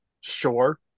sure